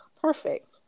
Perfect